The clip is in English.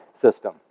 system